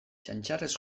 txantxarrez